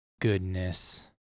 goodness